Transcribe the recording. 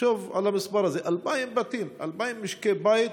תחשוב על המספר הזה: 2,000 בתים, 2,000 משקי בית